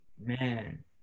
man